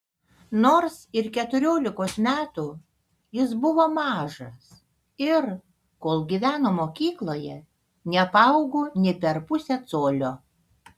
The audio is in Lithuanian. nors ir keturiolikos metų jis buvo mažas ir kol gyveno mokykloje nepaaugo nė per pusę colio